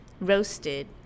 roasted